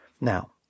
Now